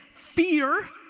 fear.